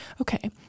okay